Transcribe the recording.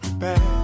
bad